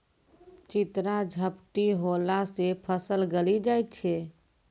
चित्रा झपटी होला से फसल गली जाय छै?